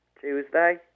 Tuesday